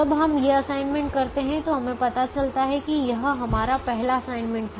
जब हम ये असाइनमेंट करते हैं तो हमें पता चलता है कि यह हमारा पहला असाइनमेंट था